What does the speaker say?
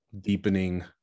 deepening